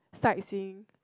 sightseeing